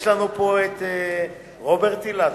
יש לנו פה, רוברט אילטוב,